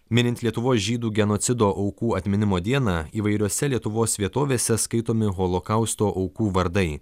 minint lietuvos žydų genocido aukų atminimo dieną įvairiose lietuvos vietovėse skaitomi holokausto aukų vardai